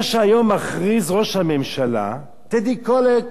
מה שהיום מכריז ראש הממשלה, טדי קולק,